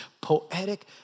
poetic